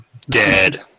Dead